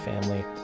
family